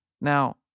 Now